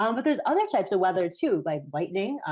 um but there's other types of weather too, like lightning,